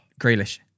Grealish